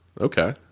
okay